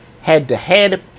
head-to-head